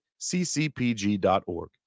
ccpg.org